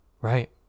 right